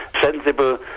sensible